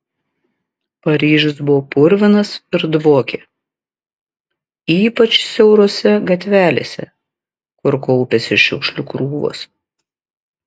paryžius buvo purvinas ir dvokė ypač siaurose gatvelėse kur kaupėsi šiukšlių krūvos